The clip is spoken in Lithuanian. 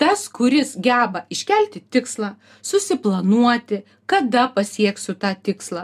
tas kuris geba iškelti tikslą susiplanuoti kada pasieksiu tą tikslą